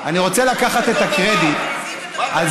אנחנו מתנגדים לכל דבר,